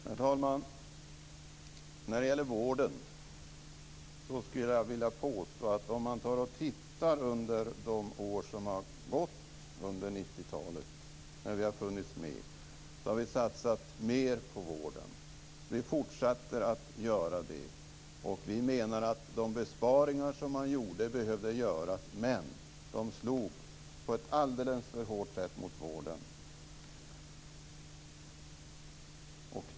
Herr talman! Om man tittar närmare på vården under de år som har gått under 90-talet, där vi har funnits med, skulle jag vilja påstå att vi har satsat mer på vården. Vi fortsätter att göra det. Vi menar att de besparingar som man gjorde behövde göras, men de slog på ett alldeles för hårt sätt mot vården.